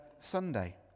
Sunday